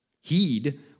Heed